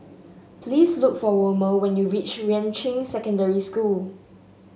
please look for Wilmer when you reach Yuan Ching Secondary School